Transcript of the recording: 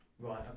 Right